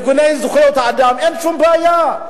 ארגוני זכויות האדם, אין שום בעיה.